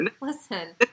listen